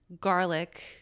garlic